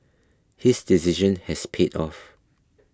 his decision has paid off